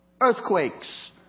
Earthquakes